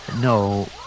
No